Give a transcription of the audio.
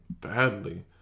badly